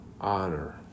honor